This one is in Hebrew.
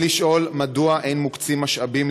רצוני לשאול: מדוע אין מוקצים משאבים